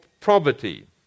poverty